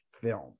film